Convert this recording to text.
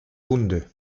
wunde